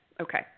okay